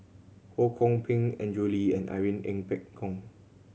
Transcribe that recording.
Ho Kwon Ping Andrew Lee and Irene Ng Phek Hoong